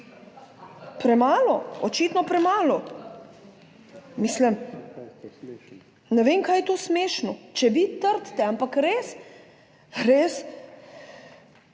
premalo, očitno premalo. Mislim, ne vem, kaj je to smešno, če vi trdite, ampak res.